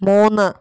മൂന്ന്